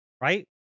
right